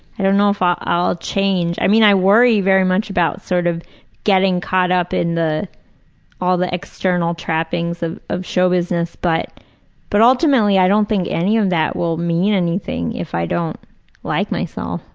i don't know if ah i'll change. i mean i worry very much about sort of getting caught up in all the external trappings of of show business, but but ultimately, i don't think any of that will mean anything if i don't like myself.